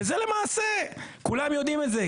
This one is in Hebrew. וזה למעשה כולם יודעים את זה.